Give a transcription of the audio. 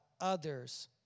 others